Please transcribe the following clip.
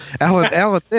Alan